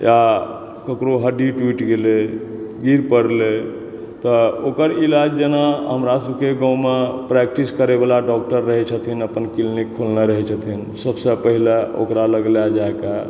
या ककरो हड्डी टुटि गेलै गिर पड़लै तऽ ओकर इलाज जेना हमरा सबके गाँवमे प्रैक्टिस करै वाला डॉक्टर रहै छथिन अपन क्लिनिक खोलने रहै छथिन सबसे पहिले ओकरा लग लए जाए कऽ